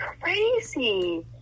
crazy